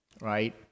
right